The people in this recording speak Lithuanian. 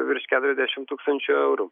virš keturiasdešim tūkstančių eurų